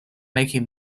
making